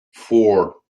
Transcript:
four